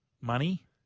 Money